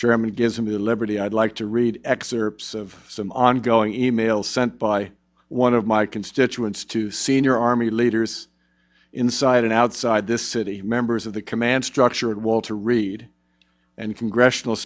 chairman gives him the liberty i'd like to read excerpts of some ongoing e mail sent by one of my constituents to senior army leaders inside and outside the city members of the command structure at walter reed and congressional